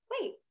wait